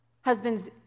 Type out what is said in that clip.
Husbands